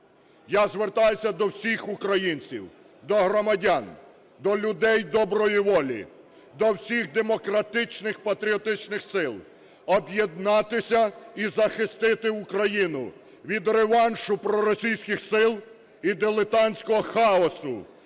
Я звертаюся до всіх українців, до громадян, до людей доброї волі, до всіх демократичних, патріотичних сил об'єднатися і захистити Україну від реваншу проросійських сил і дилетантського хаосу,